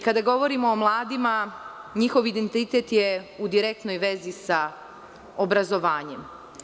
Kada govorimo o mladima, njihov identitet je u direktnoj vezi sa obrazovanjem.